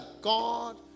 God